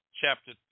chapter